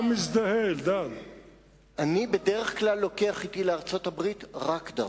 אני בדרך כלל לוקח אתי לארצות-הברית רק דרכון.